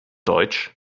deutsch